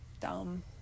dumb